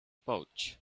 pouch